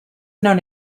known